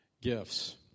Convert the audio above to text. gifts